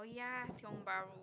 oh ya Tiong-Bahru